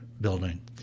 building